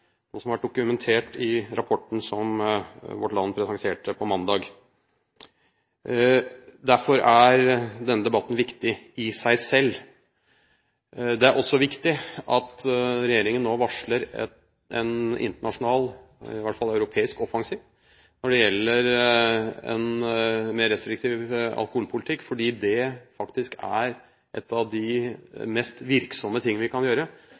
som var dokumentert i rapporten som Vårt Land presenterte på mandag. Derfor er denne debatten viktig i seg selv. Det er også viktig at regjeringen nå varsler en internasjonal, eller i hvert fall europeisk, offensiv når det gjelder en mer restriktiv alkoholpolitikk, fordi det faktisk er et av de mest virksomme ting vi kan gjøre